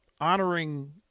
honoring